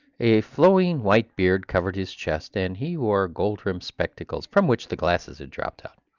a flowing white beard covered his chest and he wore gold-rimmed spectacles from which the glasses had dropped out.